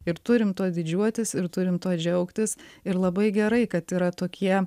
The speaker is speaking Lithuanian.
ir turim tuo didžiuotis ir turim tuo džiaugtis ir labai gerai kad yra tokie